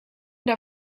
der